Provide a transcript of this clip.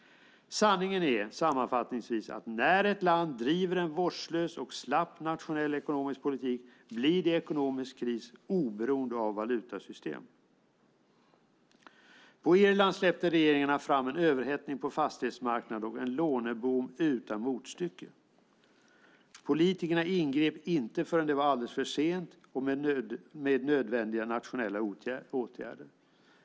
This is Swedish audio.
Sanningen är sammanfattningsvis att när ett land driver en vårdslös och slapp nationell ekonomisk politik blir det ekonomisk kris oberoende av valutasystem. På Irland släppte regeringarna fram en överhettning på fastighetsmarkanden och en låneboom utan motstycke. Politikerna ingrep inte förrän det var alldeles för sent med nödvändiga nationella åtgärder.